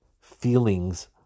feelings